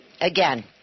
again